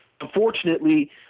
Unfortunately